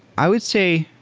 i would say